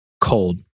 cold